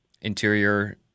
interior